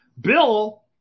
Bill